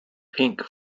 pink